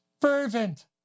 Fervent